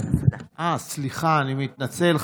אני מתנצל.